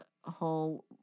whole